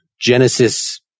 Genesis